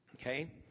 Okay